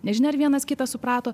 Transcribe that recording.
nežinia ar vienas kitą suprato